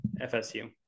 FSU